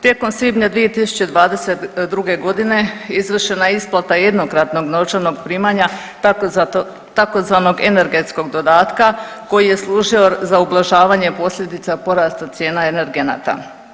Tijekom svibnja 2022. g. izvršena je isplata jednokratnog novčanog primanja, tzv. energetskog dodatka koji je služio za ublažavanje posljedica porasta cijena energenata.